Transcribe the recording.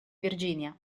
virginia